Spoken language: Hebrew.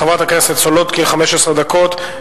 חברת הכנסת סולודקין, 15 דקות.